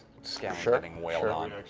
scanlan's getting whaled on.